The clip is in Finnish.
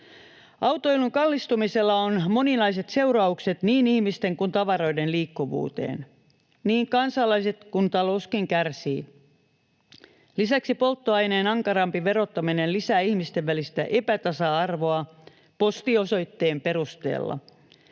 Autoilun kallistumisella on moninaiset seuraukset niin ihmisten kuin tavaroidenkin liikkuvuuteen. Niin kansalaiset kuin talouskin kärsivät. Lisäksi polttoaineen ankarampi verottaminen lisää ihmisten välistä epätasa-arvoa postiosoitteen perusteella.